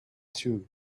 two